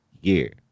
year